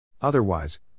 Otherwise